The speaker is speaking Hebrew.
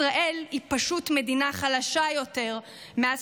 ישראל היא פשוט מדינה חלשה יותר מאז